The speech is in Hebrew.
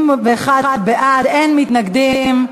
71 בעד, אין מתנגדים.